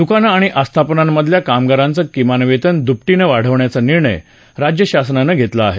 दुकानं आणि आस्थापनांमधल्या कामगारांचं किमान वेतन दुपटीनं वाढवण्याचा निर्णय राज्य शासनानं घेतला आहे